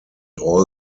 all